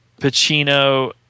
Pacino